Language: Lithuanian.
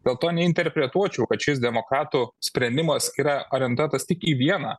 dėl to neinterpretuočiau kad šis demokratų sprendimas yra orientuotas tik į vieną